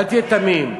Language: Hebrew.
אל תהיה תמים.